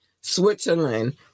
Switzerland